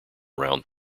round